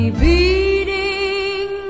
beating